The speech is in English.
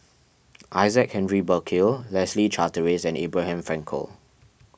Isaac Henry Burkill Leslie Charteris and Abraham Frankel